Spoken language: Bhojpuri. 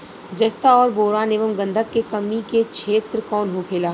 जस्ता और बोरान एंव गंधक के कमी के क्षेत्र कौन होखेला?